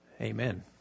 Amen